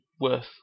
worth